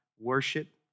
worship